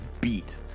beat